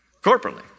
Corporately